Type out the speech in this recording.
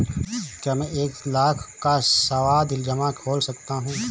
क्या मैं एक लाख का सावधि जमा खोल सकता हूँ?